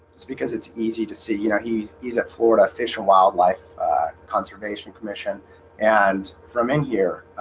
it's because it's easy to see you know, he's he's at florida fish and wildlife conservation commission and from in here.